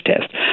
test